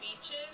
beaches